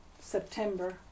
September